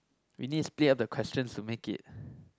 we need split up the questions to make it